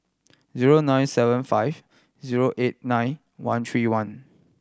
zero nine seven five zero eight nine one three one